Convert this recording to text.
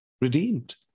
redeemed